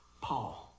Paul